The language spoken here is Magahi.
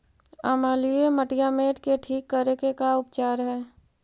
अमलिय मटियामेट के ठिक करे के का उपचार है?